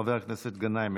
חבר הכנסת גנאים,